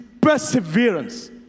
perseverance